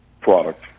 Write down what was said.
product